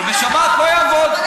אבל בשבת לא יעבוד.